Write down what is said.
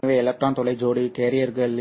எனவே எலக்ட்ரான் துளை ஜோடி கேரியரில்